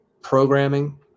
programming